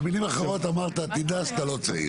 במילים אחרות אמרת, תדע שאתה לא צעיר.